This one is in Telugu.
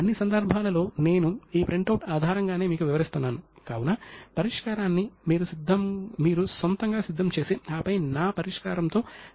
ఆసక్తికరంగా ప్రతి విభాగానికి సమాచారం అందించడానికి మరియు ఉన్నతాధికారులకు తప్పులను నివేదించడానికి గూడచారులు ఉండేవారు